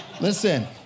Listen